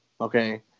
Okay